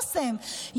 אוסם,